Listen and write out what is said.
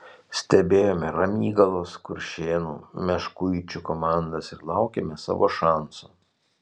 stebėjome ramygalos kuršėnų meškuičių komandas ir laukėme savo šanso